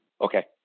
Okay